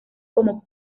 como